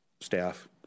staff